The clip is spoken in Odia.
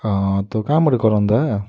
ହଁ ତ କାମ୍ ଗୁଟେ କରନ୍ ଦା